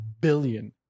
billion